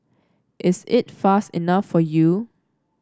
is it fast enough for you